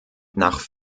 nach